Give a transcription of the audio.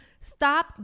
stop